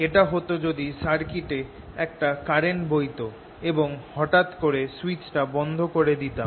এটা হত যদি সার্কিট এ একটা কারেন্ট বইত এবং হটাত করে সুইচটা বন্ধ করে দিতাম